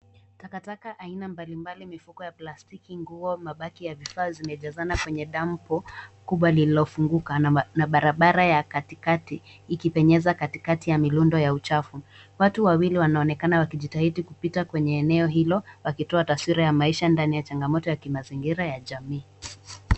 Takataka aina mbalimbali mifuko ya plastiki, nguo, mabaki ya bidhaa zimejazana kwenye dump kubwa lililofunguka na barabara ya katikati, ikipenyeza katikati ya mirundo ya uchafu. Watu wawili wanaonekana wakijitahidi kupita kwenye eneo hilo, wakitoa taswira ya maisha ndani ya changamoto ya kimazingira ya jamii.